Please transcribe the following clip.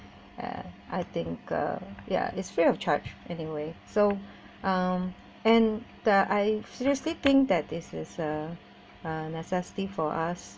uh I think uh ya is free of charge anyway so um and I seriously think that this is uh uh necessity for us